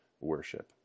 worship